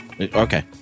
Okay